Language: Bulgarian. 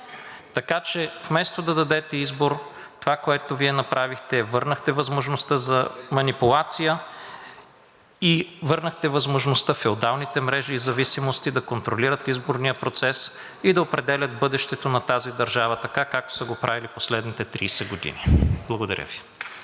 Така че вместо да дадете избор, това, което Вие направихте, е върнахте възможността за манипулация. Върнахте възможността феодалните мрежи и зависимости да контролират изборния процес и да определят бъдещето на тази държава, така както са го правили последните 30 години. Благодаря Ви.